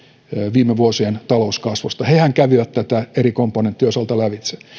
viime vuosien talouskasvusta hehän kävivät tätä eri komponenttien osalta lävitse